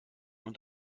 und